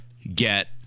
Get